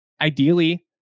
ideally